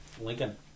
Lincoln